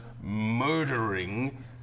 murdering